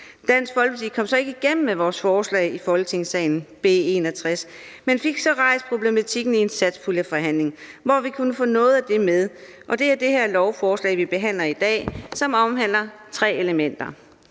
Dansk Folkeparti kom så ikke igennem med vores forslag i Folketingssalen, B 61, men fik rejst problematikken i en satspuljeforhandling, hvor vi kunne få noget af det med, og det er det her lovforslag, vi behandler i dag, som omhandler tre elementer,